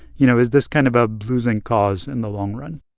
you know, is this kind of a losing cause in the long run?